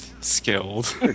Skilled